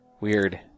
Weird